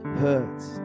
hurts